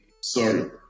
sorry